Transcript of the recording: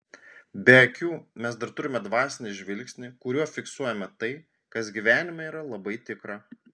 be akių mes dar turime dvasinį žvilgsnį kuriuo fiksuojame tai kas gyvenime yra labai tikra